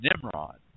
Nimrod